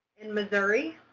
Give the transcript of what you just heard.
in missouri,